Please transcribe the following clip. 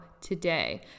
today